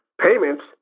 payments